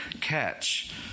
catch